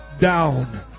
down